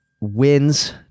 wins